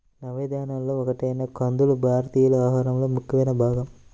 నవధాన్యాలలో ఒకటైన కందులు భారతీయుల ఆహారంలో ముఖ్యమైన భాగం